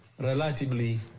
relatively